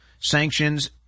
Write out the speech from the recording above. sanctions